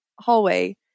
hallway